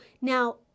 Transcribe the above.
now